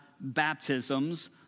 baptisms